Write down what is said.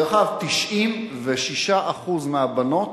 דרך אגב 96% מהבנות